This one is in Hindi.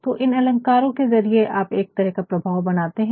तो इन अलंकारों के ज़रिये आप एक तरह का प्रभाव बनाते है